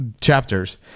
chapters